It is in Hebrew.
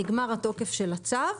נגמר התוקף של הצו,